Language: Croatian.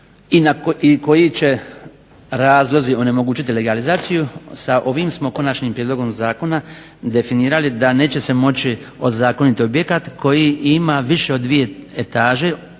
i koji će razlozi onemogućiti legalizaciju. Sa ovim smo konačnim prijedlogom zakona definirali da neće se moći ozakoniti objekt koji ima više od dvije etaže,